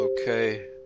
Okay